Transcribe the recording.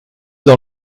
dans